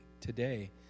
Today